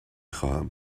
خواهم